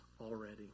already